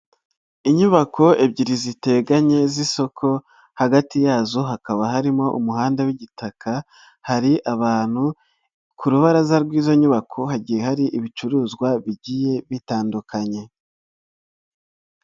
Inyubako ebyiri ziteganye z'isoko hagati yazo hakaba harimo umuhanda w'igitaka, hari abantu ku rubaraza rw'izo nyubako hagi hari ibicuruzwa bigiye bitandukanye.